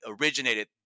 originated